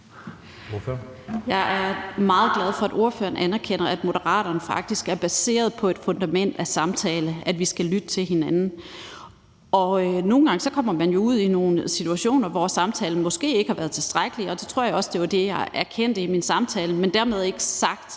Der er meget glad for, at ordføreren anerkender, at Moderaterne faktisk er baseret på et fundament af samtale – at vi skal lytte til hinanden. Nogle gange kommer man jo ud i nogle situationer, hvor samtalen måske ikke har været tilstrækkelig, og jeg tror også, det var det, jeg kendte i min samtale. Men dermed ikke sagt,